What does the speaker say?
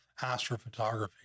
astrophotography